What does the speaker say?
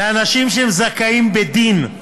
לאנשים שהם זכאים בדין.